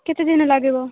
କେତେ ଦିନ ଲାଗିବ